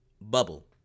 bubble